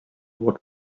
what